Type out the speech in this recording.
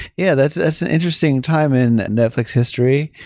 yeah, that's that's an interesting time in netflix history.